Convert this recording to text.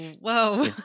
whoa